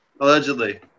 Allegedly